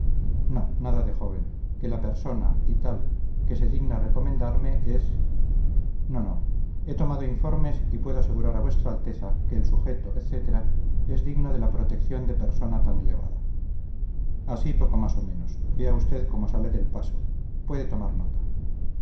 joven no nada de joven que la persona y tal que se digna recomendarme es no no he tomado informes y puedo asegurar a vuestra alteza que el sujeto etcétera es digno de la protección de persona tan elevada así poco más o menos vea usted cómo sale del paso puede tomar nota